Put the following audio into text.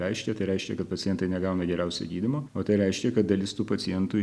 reiškia tai reiškia kad pacientai negauna geriausio gydymo o tai reiškia kad dalis tų pacientų